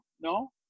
No